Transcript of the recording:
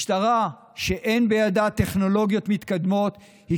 משטרה שאין בידה טכנולוגיות מתקדמות היא